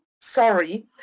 sorry